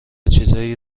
چیزایی